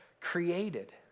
created